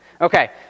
Okay